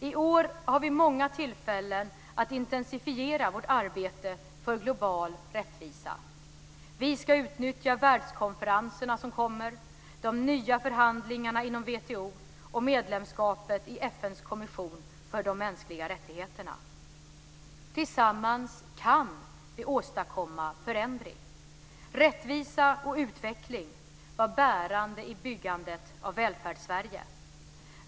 I år har vi många tillfällen att intensifiera vårt arbete för global rättvisa. Vi ska utnyttja världskonferenserna som kommer, de nya förhandlingarna inom WTO och medlemskapet i FN:s kommission för de mänskliga rättigheterna. Tillsammans kan vi åstadkomma förändring. Rättvisa och utveckling var bärande i byggandet av Välfärdssverige.